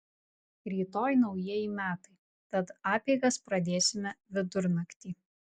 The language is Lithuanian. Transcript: rytoj naujieji metai tad apeigas pradėsime vidurnaktį